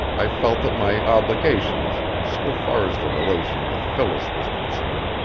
i felt that my obligations, so far as the relation with phyllis was concerned,